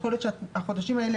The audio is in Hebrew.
יכול להיות שהחודשים האלה